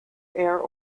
air